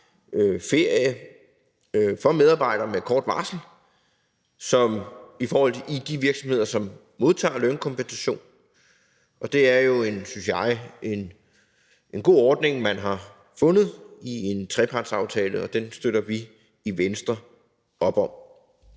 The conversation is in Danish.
ferie for medarbejdere med kort varsel i de virksomheder, som modtager lønkompensation, og det er jo, synes jeg, en god ordning, man har lavet i en trepartsaftale, og den støtter vi i Venstre op om.